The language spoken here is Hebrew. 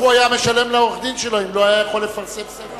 איך הוא היה משלם לעורך-דין שלו אם הוא לא היה יכול לפרסם ספר?